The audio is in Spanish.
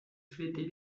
flete